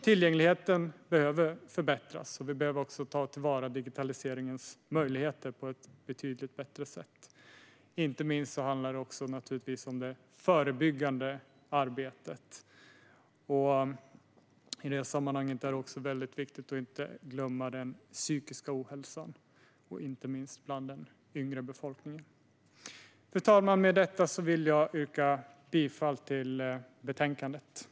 Tillgängligheten behöver förbättras. Vi behöver också ta till vara digitaliseringens möjligheter på ett betydligt bättre sätt. Inte minst handlar det naturligtvis också om det förebyggande arbetet. I det sammanhanget är det viktigt att inte glömma den psykiska ohälsan, inte minst bland den yngre befolkningen. Fru talman! Med detta vill jag yrka bifall till utskottets förslag till beslut.